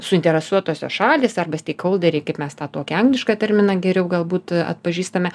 suinteresuotosios šalys arba stikoulderiai kaip mes tą tokį anglišką terminą geriau galbūt atpažįstame